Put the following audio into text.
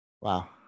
Wow